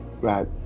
right